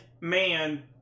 man